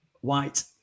White